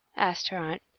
asked her aunt.